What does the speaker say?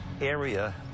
area